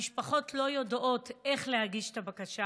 המשפחות לא יודעות איך להגיש את הבקשה,